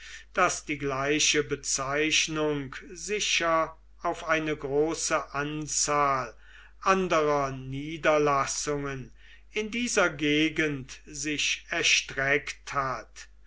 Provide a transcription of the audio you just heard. daß die gleiche bezeichnung sicher auf eine große anzahl anderer niederlassungen in dieser gegend sich erstreckt hat